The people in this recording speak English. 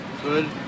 Good